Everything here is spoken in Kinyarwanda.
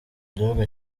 gihugu